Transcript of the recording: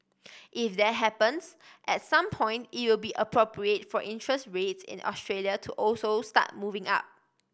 if that happens at some point it will be appropriate for interest rates in Australia to also start moving up